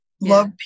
love